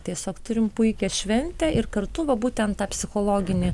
tiesiog turim puikią šventę ir kartu va būtent tą psichologinį